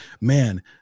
man